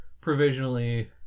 provisionally